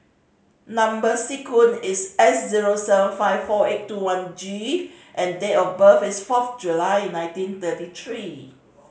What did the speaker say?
number sequence is S zero seven five four eight two one G and date of birth is fourth July nineteen thirty three